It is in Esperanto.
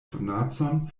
donacon